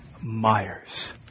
Myers